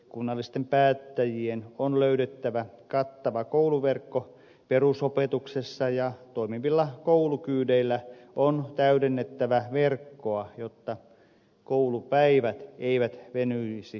kunnallisten päättäjien on löydettävä kattava kouluverkko perusopetuksessa ja toimivilla koulukyydeillä on täydennettävä verkkoa jotta koulupäivät eivät venyisi kohtuuttomiksi